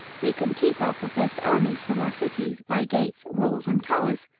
we can keep our professed enemies from our cities, by gates, walls and towers,